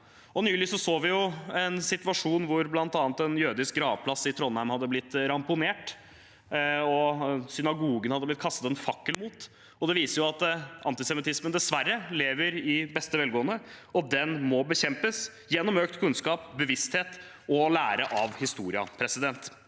Nylig så vi en situasjon hvor bl.a. en jødisk gravplass i Trondheim hadde blitt ramponert, og det hadde blitt kastet en fakkel mot synagogen. Det viser at antisemittismen dessverre lever i beste velgående. Den må bekjempes gjennom økt kunnskap, bevissthet og å lære av historien.